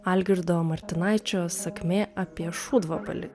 algirdo martinaičio sakmė apie šūdvabalį